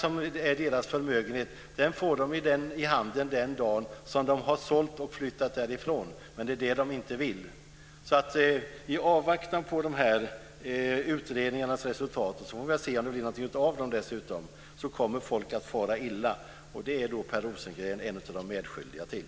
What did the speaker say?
De får sin förmögenhet som pengar i handen den dag då de har sålt och flyttat därifrån, men det är det de inte vill. I avvaktan på utredningsresultaten - dessutom får vi se om det blir något av dem - kommer folk att fara illa. Det är då Per Rosengren medskyldig till.